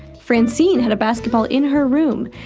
francine had a basketball in her room,